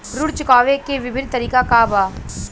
ऋण चुकावे के विभिन्न तरीका का बा?